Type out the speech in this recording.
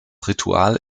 ritual